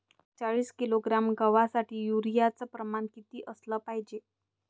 चाळीस किलोग्रॅम गवासाठी यूरिया च प्रमान किती असलं पायजे?